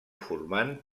formant